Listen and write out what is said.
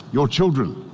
your children,